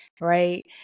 right